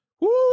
woo